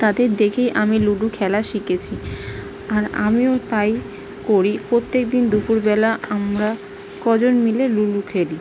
তাদের দেখেই আমি লুডো খেলা শিখেছি আর আমিও তাই করি প্রত্যেক দিন দুপুরবেলা আমরা কজন মিলে লুডো খেলি